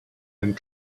and